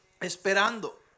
esperando